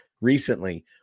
recently